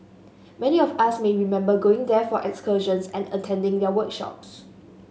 many of us may remember going there for excursions and attending their workshops